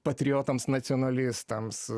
patriotams nacionalistams